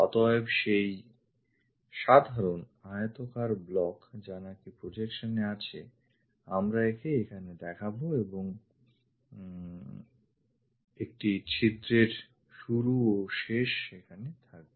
অতএব সেই সাধারণ আয়তাকার ব্লক যা নাকি প্রজেকশন এ আছে আমরা একে এখানে দেখাবোএবং একটি ছিদ্রের শুরু ও শেষ সেখানে থাকবে